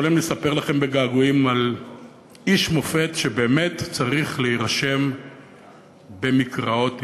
יכולים לספר לכם בגעגועים על איש מופת שבאמת צריך להירשם במקראות ישראל.